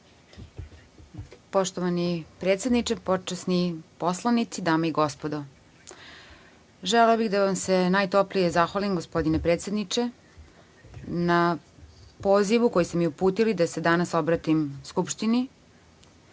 Poštovani predsedniče, počasni poslanici, dame i gospodo, želeo bih da vam se najtoplije zahvalim gospodine predsedniče na pozivu koji ste mi uputili da se danas obratim Skupštini,